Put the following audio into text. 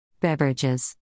Beverages